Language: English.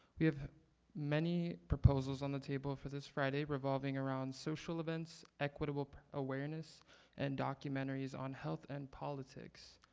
we have many proposals on the table for this friday revolving around social events, equitable awareness and documentaries on health and politics.